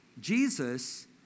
Jesus